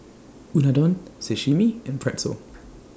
Unadon Sashimi and Pretzel